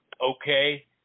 okay